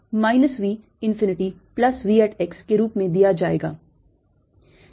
और यह minus V infinity plus V at x के रूप में दिया जाएगा